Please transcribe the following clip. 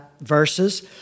verses